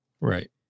Right